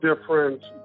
different